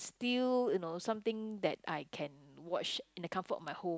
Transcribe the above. still you know something that I can watch in the comfort of my home